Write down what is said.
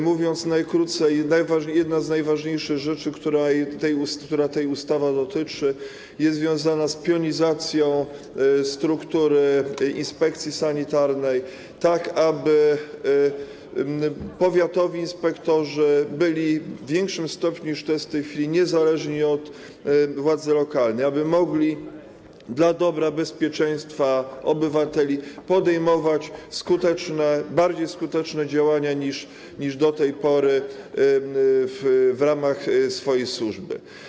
Mówiąc najkrócej: jedna z najważniejszych rzeczy, których ta ustawa dotyczy, jest związana z pionizacją struktury inspekcji sanitarnej, tak aby powiatowi inspektorzy byli w większym stopniu, niż to jest w tej chwili, niezależni od władzy lokalnej, aby mogli dla dobra bezpieczeństwa obywateli podejmować skuteczne, skuteczniejsze działania niż do tej pory w ramach swojej służby.